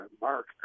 Mark